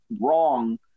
wrong